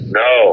no